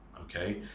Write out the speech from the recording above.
okay